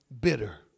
bitter